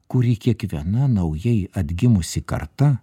kurį kiekviena naujai atgimusi karta